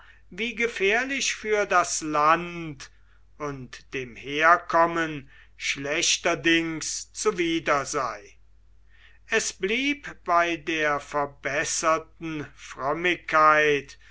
wie gefährlich für das land und dem herkommen schlechterdings zuwider sei es blieb bei der verbesserten